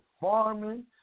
farming